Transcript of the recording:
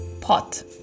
pot